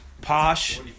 Posh